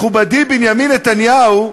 מכובדי בנימין נתניהו,